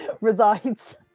resides